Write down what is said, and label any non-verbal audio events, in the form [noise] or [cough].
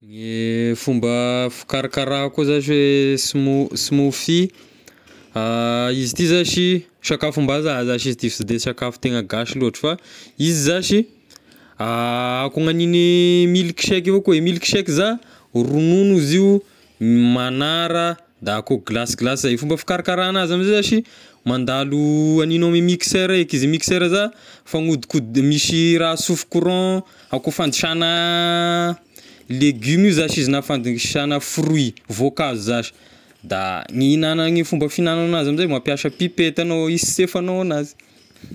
Gne fomba fikaraka koa zashy hoe smo- smoothie, [hesitation] izy ity zashy sakafom-bazaha zashy izy ity fa sy de sakafo tena gasy loatra, fa izy zashy [hesitation] a koa nanin'ny milk shake avao koa, e milk shake za ronono izy io [hesitation] magnara da koa glasy glasy zay, ny fomba fikarakara anazy amizay zashy mandalo haninao ame mixeur eky izy, mixera za fanodikody misy raha asofoka courant, akoa fandisagna legioma io zashy izy na fandisagna fruit voankazo zashy, da ny hihignana ny fomba fihignana azy amizay mampiasa pipety agnao hisesefagnao anazy.